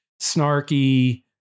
snarky